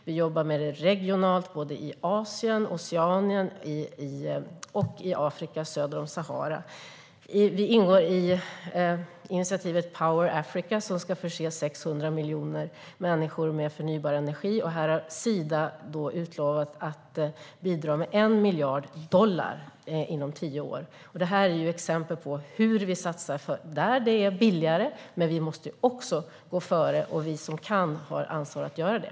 Vi jobbar med det regionalt i Asien, Oceanien och Afrika söder om Sahara. Vi ingår i initiativet Power Africa, som ska förse 600 miljoner människor med förnybar energi. Här har Sida utlovat att bidra med 1 miljard dollar inom tio år. Det här är exempel på hur vi satsar där det är billigare, men vi måste också gå före. Vi som kan har ansvar att göra det.